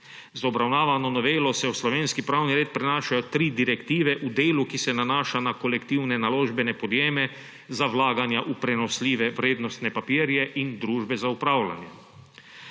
Z obravnavano novelo se v slovenski pravni red prenašajo tri direktive v delu, ki se nanaša na kolektivne naložbene podjeme za vlaganja v prenosljive vrednostne papirje in družbe za upravljanje.